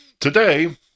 Today